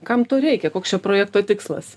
kam to reikia koks šio projekto tikslas